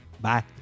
Bye